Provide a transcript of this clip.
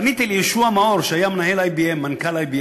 פניתי ליהושע מאור, שהיה מנכ"ל IBM,